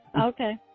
Okay